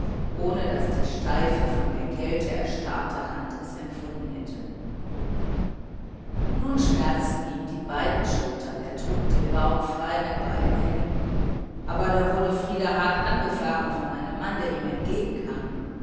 ohne daß die steife von der kälte erstarrte hand es empfunden hätte nun schmerzten ihn die beiden schultern er trug den baum frei mit beiden händen aber da wurde frieder hart angefahren von einem mann der ihm entgegen